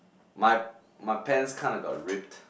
my my pants kinda got ripped